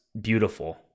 beautiful